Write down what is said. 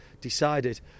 decided